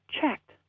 checked